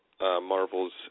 Marvel's